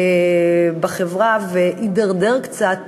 והידרדר קצת